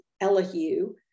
Elihu